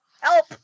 help